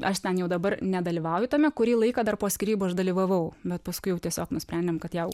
aš ten jau dabar nedalyvauju tame kurį laiką dar po skyrybų aš dalyvavau bet paskui jau tiesiog nusprendėm kad jau